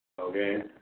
Okay